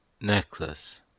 necklace